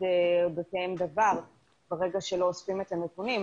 אודותיהן דבר ברגע שלא אוספים את הנתונים.